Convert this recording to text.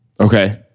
okay